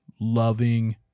loving